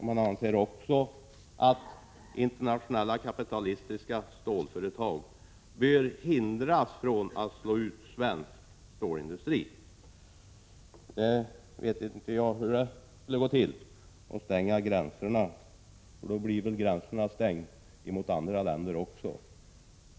Man anser också att internationella kapitalistiska stålföretag bör hindras från att slå ut svensk stålindustri. Jag vet inte hur det skulle gå till att stänga gränserna. Då stänger väl andra länder också sina gränser.